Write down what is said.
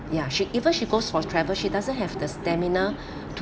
ya she even she goes for travel she doesn't have the stamina to